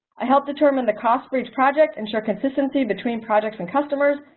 i help determine the cost for each project, ensure consistency between projects and customers,